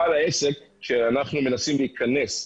כשאתה מנסה להיכנס,